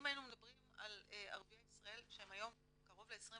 אם היינו מדברים על ערביי ישראל שהם היום קרוב ל-21%,